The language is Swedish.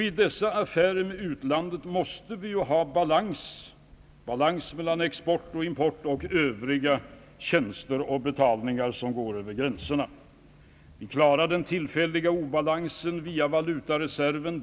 I dessa affärer med utlandet måste vi ha balans mellan export och import och övriga tjänster och betalningar som går över gränserna. Vi klarar den tillfälliga obalansen via valutareserven.